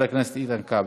חבר הכנסת איתן כבל.